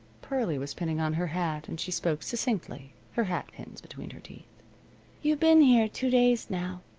pearlie was pinning on her hat, and she spoke succinctly, her hatpins between her teeth you've been here two days now,